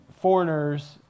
foreigners